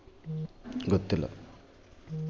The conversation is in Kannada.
ರೈತರಿಗೆ ಕೇಂದ್ರ ಮತ್ತು ರಾಜ್ಯ ಸರಕಾರಗಳ ಸಾಲ ಕೊಡೋ ಅನುಪಾತ ಎಷ್ಟು?